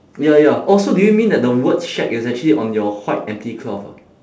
ya ya also do you mean that the word shack is actually on your white empty cloth ah